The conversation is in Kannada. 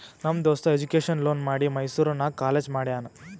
ನಮ್ ದೋಸ್ತ ಎಜುಕೇಷನ್ ಲೋನ್ ಮಾಡಿ ಮೈಸೂರು ನಾಗ್ ಕಾಲೇಜ್ ಮಾಡ್ಯಾನ್